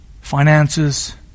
finances